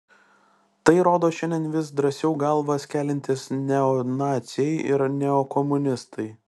tai rodo šiandien vis drąsiau galvas keliantys neonaciai ir neokomunistai